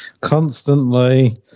constantly